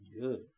Good